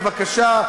בבקשה.